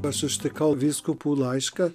aš užtikau vyskupų laišką